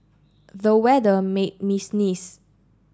the weather made me sneeze